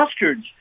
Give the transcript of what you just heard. mustards